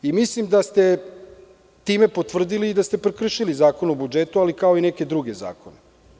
Mislim da ste time potvrdili da ste prekršili Zakon o budžetu, kao i neke druge zakone.